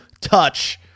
touch